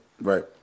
Right